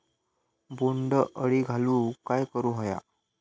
बोंड अळी घालवूक काय करू व्हया?